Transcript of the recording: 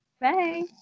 Bye